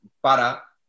para